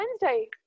Wednesday